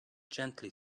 gently